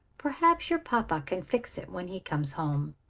perhaps your papa can fix it when he comes home.